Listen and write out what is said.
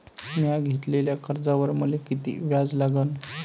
म्या घेतलेल्या कर्जावर मले किती व्याज लागन?